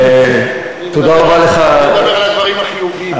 אני מדבר על הדברים החיוביים.